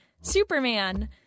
Superman